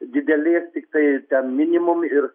didelės tiktai minimum ir